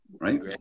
Right